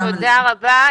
תודה רבה.